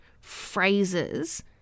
phrases